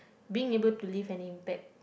being able to leave an impact